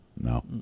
No